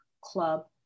club